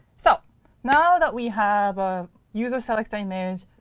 so now that we have a user select image,